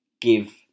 give